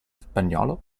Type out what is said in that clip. spagnolo